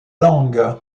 langue